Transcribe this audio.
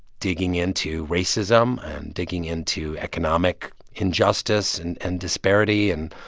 digging into racism and digging into economic injustice and and disparity and,